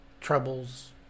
troubles